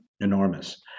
enormous